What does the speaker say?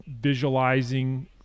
visualizing